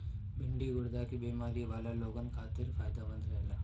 भिन्डी गुर्दा के बेमारी वाला लोगन खातिर फायदमंद रहेला